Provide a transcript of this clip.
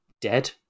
dead